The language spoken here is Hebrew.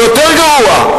או יותר גרוע,